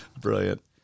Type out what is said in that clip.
Brilliant